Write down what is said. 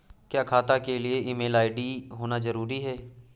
क्या खाता के लिए ईमेल आई.डी होना जरूरी है?